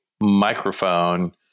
microphone